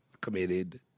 committed